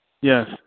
Yes